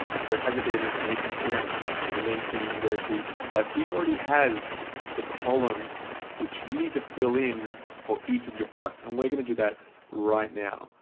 so it has a bit of information here and it's got some links that you can go to but it already has the columns which you need to fill in for each of your products. and we're going to do that right now.